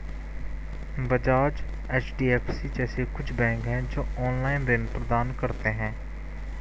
बजाज, एच.डी.एफ.सी जैसे कुछ बैंक है, जो ऑनलाईन ऋण प्रदान करते हैं